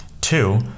Two